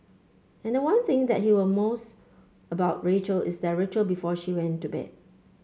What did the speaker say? and one thing that he will most about Rachel is their ritual before she went to bed